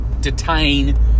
detain